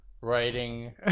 writing